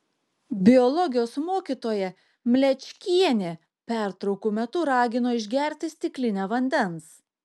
biologijos mokytoja mlečkienė pertraukų metu ragino išgerti stiklinę vandens